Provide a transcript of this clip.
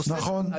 נכון.